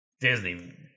Disney